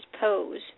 pose